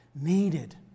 Needed